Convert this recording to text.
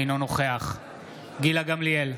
אינו נוכח גילה גמליאל,